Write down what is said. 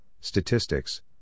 statistics